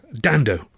Dando